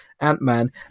Ant-Man